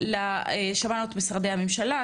שמענו את משרדי הממשלה,